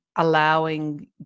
allowing